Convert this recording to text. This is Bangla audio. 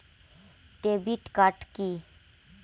Debit card key?